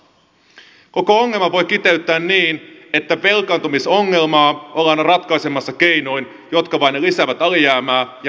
koko ongelman voi kiteyttää niin että velkaantumisongelmaa ollaan ratkaisemassa keinoin jotka vain lisäävät alijäämää ja velkaantumisastetta